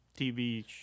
TV